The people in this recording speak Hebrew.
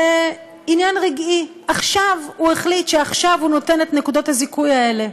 זה עניין רגעי: עכשיו הוא החליט שעכשיו הוא נותן את נקודות הזיכוי האלה,